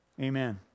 Amen